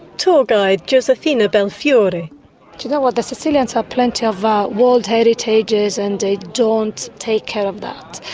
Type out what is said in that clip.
tour guide josefina bellfiore. do you know what? the sicilians have plenty of ah world heritages and they don't take care of that.